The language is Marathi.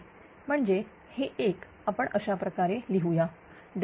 म्हणजे हे एक आपण अशाप्रकारे लिहूया ΔE11STgΔF